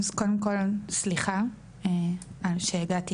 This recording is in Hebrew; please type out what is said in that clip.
אז קודם כל, סליחה על שהגעתי